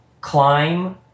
climb